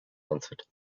answered